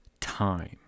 time